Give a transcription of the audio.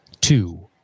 two